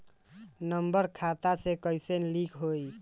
Number खाता से कईसे लिंक होई?